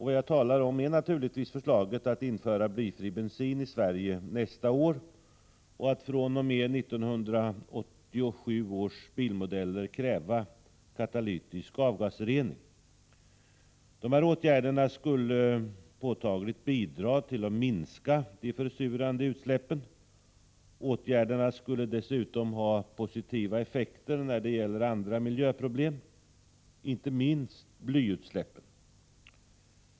Vad jag talar om är naturligtvis förslaget att införa blyfri bensin i Sverige nästa år och att fr.o.m. 1987 års bilmodeller kräva katalytisk avgasrening. Dessa åtgärder skulle påtagligt bidra till att minska de försurande utsläppen. De skulle dessutom ha positiva effekter när det gäller andra miljöproblem, inte minst blyutsläppen.